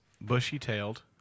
bushy-tailed